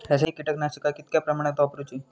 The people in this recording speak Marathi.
रासायनिक कीटकनाशका कितक्या प्रमाणात वापरूची?